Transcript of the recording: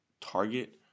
target